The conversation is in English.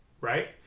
right